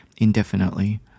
indefinitely